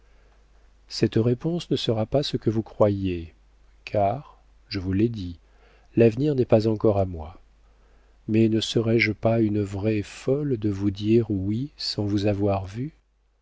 cette réponse ne sera pas ce que vous croyez car je vous l'ai dit l'avenir n'est pas encore à moi mais ne serais-je pas une vraie folle de vous dire oui sans vous avoir vu